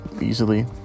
easily